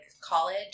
college